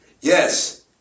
yes